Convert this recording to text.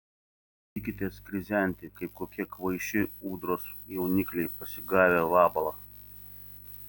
gėdykitės krizenti kaip kokie kvaiši ūdros jaunikliai pasigavę vabalą